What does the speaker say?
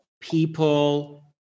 people